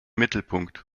mittelpunkt